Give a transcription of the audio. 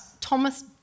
Thomas